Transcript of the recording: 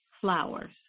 flowers